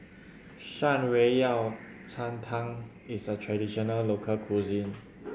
Shan Rui Yao Cai Tang is a traditional local cuisine